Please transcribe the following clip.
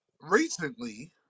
recently